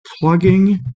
plugging